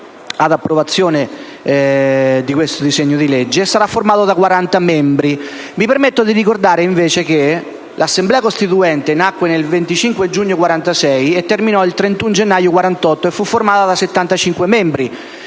l'Assemblea costituente nacque il 25 giugno 1946 e terminò il 31 gennaio 1948 e fu composta da